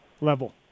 level